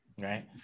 Right